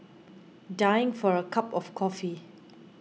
dying for a cup of coffee